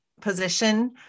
position